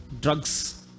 drugs